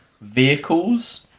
vehicles